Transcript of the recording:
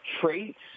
Traits